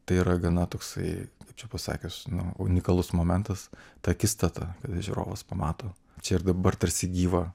tai yra gana toksai čia pasakius nu unikalus momentas tą akistatą žiūrovas pamato čia ir dabar tarsi gyvą